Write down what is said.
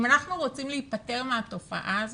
אם אנחנו רוצים להיפטר מהתופעה הזאת,